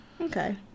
Okay